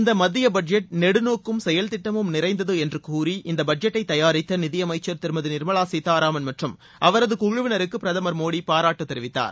இந்த மத்திய பட்ஜெட் நெடுநோக்கும் செயல் திட்டமும் நிறைந்தது என்று கூறி இந்த பட்ஜெட்டை தபாரித்த நிதியமைச்சர் திருமதி நிர்மலா சீதாராமன் மற்றும் அவரது குழுவினருக்கு பிரதமர் மோடி பாராட்டு தெரிவித்தார்